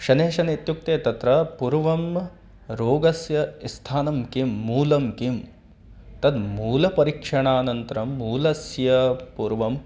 शनैः शनैः इत्युक्ते तत्र पूर्वं रोगस्य स्थानं किं मूलं किं तन्मूलपरीक्षणानन्तरं मूलस्य पूर्वम्